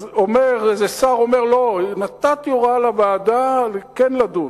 אז איזה שר אומר: לא, נתתי הוראה לוועדה כן לדון.